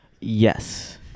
Yes